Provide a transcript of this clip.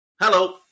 Hello